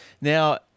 Now